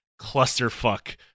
clusterfuck